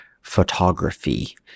photography